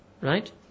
Right